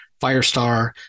Firestar